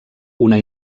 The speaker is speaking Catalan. una